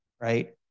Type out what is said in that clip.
right